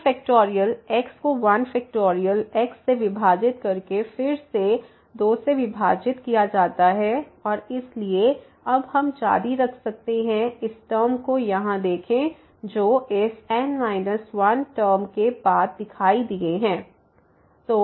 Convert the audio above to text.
तो factorial x को 1 factorial x से विभाजित करके फिर से 2 से विभाजित किया जाता है और इसलिए अब हम जारी रख सकते हैं इस टर्म को यहां देखें जो इस N 1 टर्म के बाद दिखाई दिए हैं